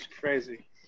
crazy